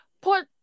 put